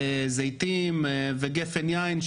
זיתים וגפן יין,